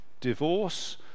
divorce